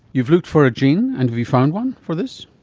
you've looked for a gene and have you found one for this?